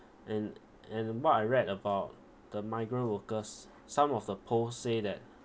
and and what I read about the migrant workers some of the post say that